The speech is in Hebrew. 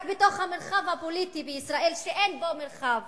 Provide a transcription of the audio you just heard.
רק בתוך המרחב הפוליטי בישראל, שאין בו מרחב